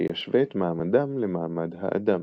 שישווה את מעמדם למעמד האדם.